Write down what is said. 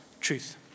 truth